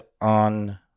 on